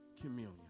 communion